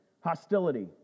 hostility